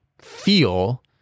feel